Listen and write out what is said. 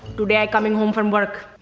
today i coming home from work.